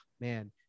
man